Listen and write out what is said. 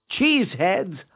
Cheeseheads